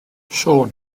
siôn